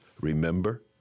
remember